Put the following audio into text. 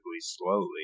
slowly